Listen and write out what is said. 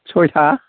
सयथा